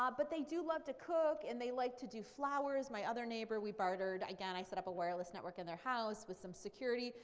um but they do love to cook, and they like to do flowers. my other neighbor we bartered, again, i set up a wireless network in their house with some security,